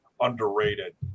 underrated